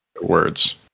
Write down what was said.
words